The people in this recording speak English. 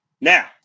Now